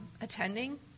attending